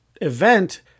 event